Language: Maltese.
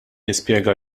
nispjega